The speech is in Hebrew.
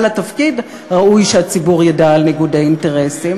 התפקיד ראוי שהציבור ידע על ניגוד אינטרסים.